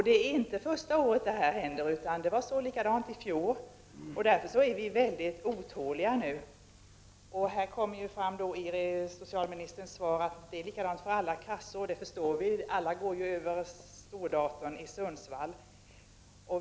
Det är inte första året som detta händer, utan det var likadant i fjol, och därför är vi nu mycket otåliga. Det framkommer i socialministerns svar att det är lika för alla kassor, och det förstår vi; alla går ju över stordatorn i Sundsvall.